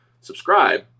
subscribe